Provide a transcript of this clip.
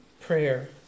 prayer